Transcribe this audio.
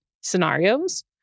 scenarios